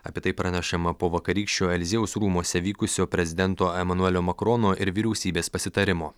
apie tai pranešama po vakarykščio eliziejaus rūmuose vykusio prezidento emanuelio makrono ir vyriausybės pasitarimo